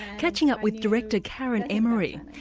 catching up with director karen emmorey,